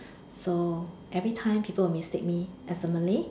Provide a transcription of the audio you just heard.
so everytime people will mistake me as a Malay